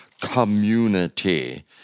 community